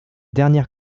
dernières